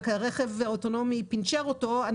והרכב האוטונומי עשה בו פנצ'ר,